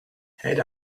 had